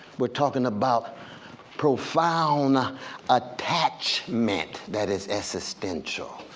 we're talking about profound attachment that is existential.